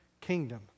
kingdom